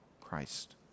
Christ